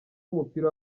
w’umupira